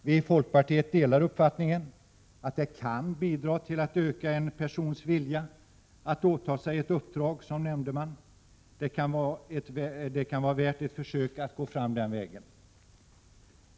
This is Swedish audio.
Vi i folkpartiet delar uppfattningen att detta kan bidra till att öka en persons vilja att åtaga sig ett uppdrag som nämndeman. Det kan vara värt ett försök att gå fram den vägen.